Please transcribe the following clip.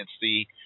see